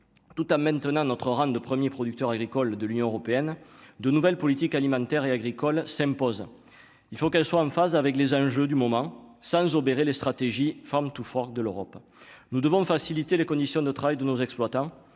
tout a maintenant notre rang de 1er producteur agricole de l'Union européenne de nouvelles politiques alimentaires et agricoles s'impose, il faut qu'elle soit en phase avec les enjeux du moment, sans obérer les stratégies farm to forte de l'Europe, nous devons de faciliter les conditions de travail de nos exploitants